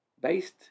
Based